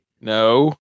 no